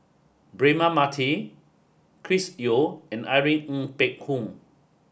Braema Mathi Chris Yeo and Irene Ng Phek Hoong